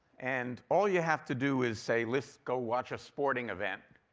and all you have to do is say, let's go watch a sporting event.